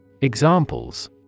Examples